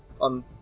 on